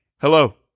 hello